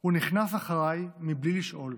הוא נכנס אחריי בלי לשאול.